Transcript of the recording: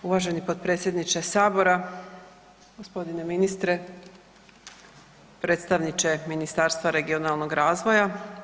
Uvaženi potpredsjedniče Sabora, g. ministre, predstavniče Ministarstva regionalnog razvoja.